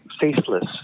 faceless